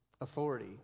Authority